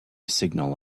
signal